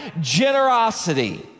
generosity